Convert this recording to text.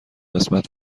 قسمت